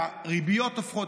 והריביות הופכות,